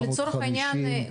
לצורך העניין,